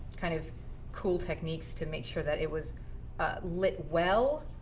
kind of cool techniques to make sure that it was lit well,